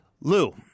Lou